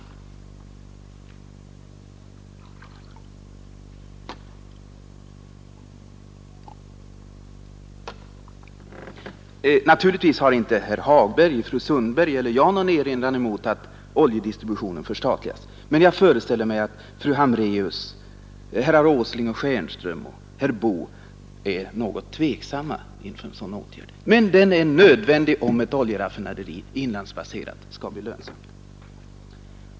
Naturligtvis har inte herr Hagberg, fru Sundström eller jag någon erinran mot att oljedistributionen förstatligas, men jag föreställer mig att fru Hambraeus, herrar Åsling och Stjernström samt herr Boo är något tveksamma inför en sådan åtgärd. Men den är nödvändig, om ett inlandsbaserat oljeraffinaderi skall bli lönsamt.